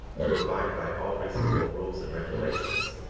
to abide by all reasonable rules and regulations